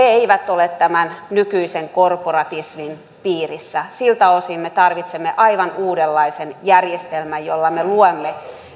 eivät ole tämän nykyisen korporatismin piirissä siltä osin me tarvitsemme aivan uudenlaisen järjestelmän jolla me luomme